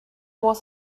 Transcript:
was